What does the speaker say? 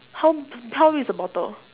how's how big is the bottle